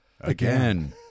again